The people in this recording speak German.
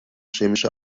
chemische